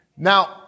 Now